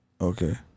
Okay